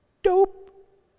Dope